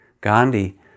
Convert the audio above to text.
Gandhi